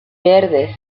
verdes